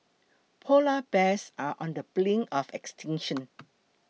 Polar Bears are on the brink of extinction